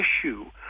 issue